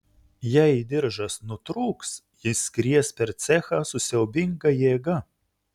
jei diržas nutrūks jis skries per cechą su siaubinga jėga